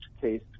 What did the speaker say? case